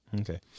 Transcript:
Okay